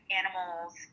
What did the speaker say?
animals